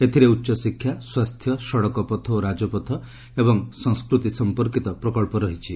ଏଥିରେ ଉଚ୍ଚଶିକ୍ଷା ସ୍ୱାସ୍ଥ୍ୟ ସଡକପଥ ଓ ରାଜପଥ ଏବଂ ସଂସ୍କୃତି ସମ୍ପର୍କୀତ ପ୍ରକଳ୍ପ ରହିଛି